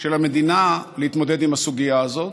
של המדינה להתמודד עם הסוגיה הזאת.